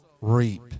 reap